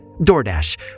DoorDash